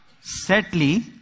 sadly